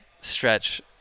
stretch